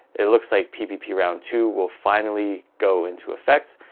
it looks like ppp round two will finally go into effect.